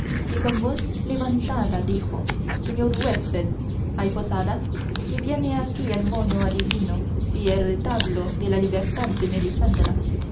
y con voz levantada dijo señor huésped hay posada que viene aquí el mono adivino y el retablo de la libertad de melisendra